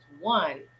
One